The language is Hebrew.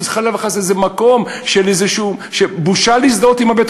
חלילה וחס איזה מקום שבושה להזדהות עמו.